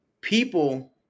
people